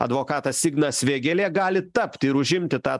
advokatas ignas vėgėlė gali tapti ir užimti tą